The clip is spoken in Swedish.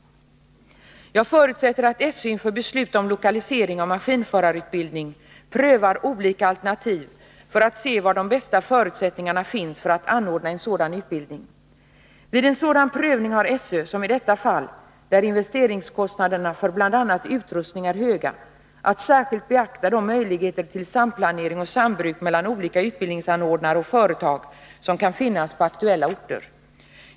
Jag förutsätter att SÖ inför beslut om lokalisering av maskinförarutbildning prövar olika alternativ för att se var de bästa förutsättningarna finns för att anordna en sådan utbildning. Vid en sådan prövning har SÖ, som i detta fall där investeringskostnaderna för bl.a. utrustning är höga, att särskilt beakta de möjligheter till samplanering och sambruk mellan olika utbildningsanordnare och företag som kan finnas på aktuella orter.